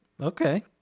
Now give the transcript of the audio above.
Okay